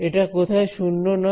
এটা কোথায় শূন্য নয়